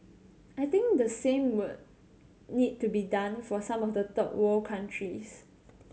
I think the same would need to be done for some of the third world countries